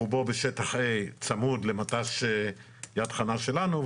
רובו בשטח A, צמוד למט"ש יד חנה שלנו.